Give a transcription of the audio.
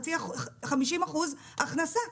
50% הכנסה.